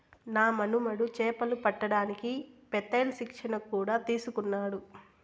నా మనుమడు చేపలు పట్టడానికి పెత్తేల్ శిక్షణ కూడా తీసుకున్నాడు